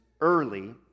early